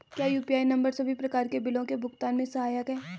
क्या UPI number सभी प्रकार के बिलों के भुगतान में सहायक हैं?